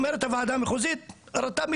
אומרת הוועדה המחוזית רט"ג,